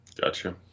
Gotcha